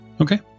Okay